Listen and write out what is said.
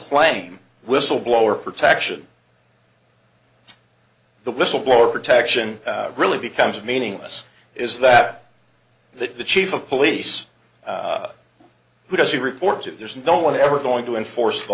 claim whistleblower protection the whistleblower protection really becomes meaningless is that the chief of police who doesn't report it there's no one ever going to enforce the